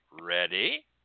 Ready